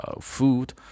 food